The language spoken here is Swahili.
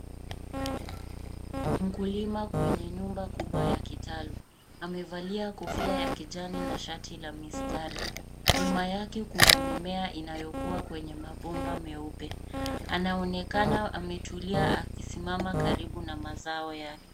Mkulima kwenye nyumba kubwa ya kitaalum amevalia kofia ya kijani na shati la mistari. Nyuma yake kuna mimea inayokua kwenye mabomba meupe. Anaonekana ametulia akisimama karibu na mazao yake.